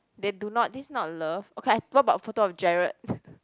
they do not this is not love okay what about a photo of Jarred